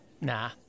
Nah